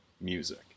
music